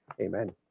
Amen